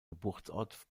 geburtsort